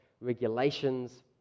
regulations